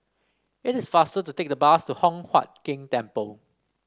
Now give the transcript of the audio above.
it is faster to take the bus to Hock Huat Keng Temple